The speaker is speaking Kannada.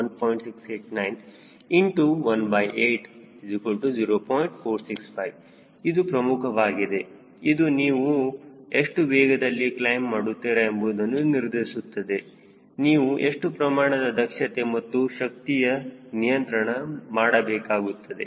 465 ಇದು ಪ್ರಮುಖವಾಗಿದೆ ಇದು ನೀವು ಎಷ್ಟು ವೇಗದಲ್ಲಿ ಕ್ಲೈಮ್ ಮಾಡುತ್ತೀರಾ ಎಂಬುದನ್ನು ನಿರ್ಧರಿಸುತ್ತದೆ ನೀವು ಎಷ್ಟು ಪ್ರಮಾಣದ ದಕ್ಷತೆ ಮತ್ತು ಶಕ್ತಿಯ ನಿಯಂತ್ರಣ ಮಾಡಬೇಕಾಗುತ್ತದೆ